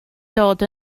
dod